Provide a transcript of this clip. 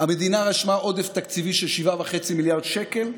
המדינה רשמה עודף תקציבי של 7.5 מיליארד שקל.